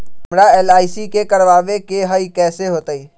हमरा एल.आई.सी करवावे के हई कैसे होतई?